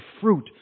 fruit